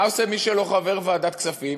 מה עושה מי שלא חבר ועדת כספים?